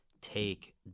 take